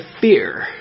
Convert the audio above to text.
fear